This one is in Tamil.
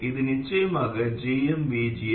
இது நிச்சயமாக gmvgs